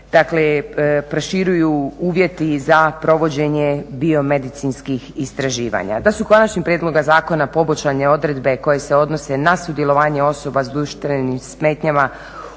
dakle proširuju uvjeti za provođenje biomedicinskih istraživanja. Da su konačnim prijedlogom zakona poboljšane odredbe koje se odnose na sudjelovanje osoba s društvenim smetnjama